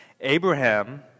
abraham